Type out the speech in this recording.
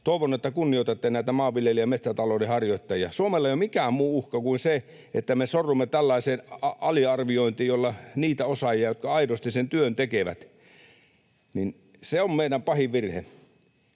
Toivon, että kunnioitatte näitä maanviljelyn ja metsätalouden harjoittajia. Suomelle ei ole mikään muu uhka kuin se, että me sorrumme tällaiseen aliarviointiin niitä osaajia kohtaan, jotka aidosti sen työn tekevät. Se on meidän pahin virhe.